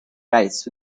rice